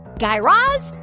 guy raz,